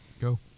Go